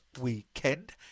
weekend